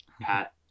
Pat